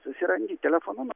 susirandi telefonu